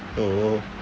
oh